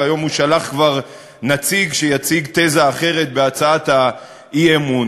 והיום הוא כבר שלח נציג שיציג תזה אחרת בהצעת האי-אמון.